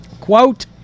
Quote